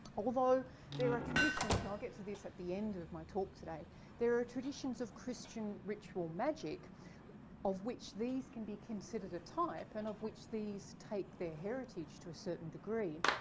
although there are traditions and i'll get to this at the end of my talk today there are traditions of christian ritual magic of which these can be considered a type and of which these take their heritage to a certain degree.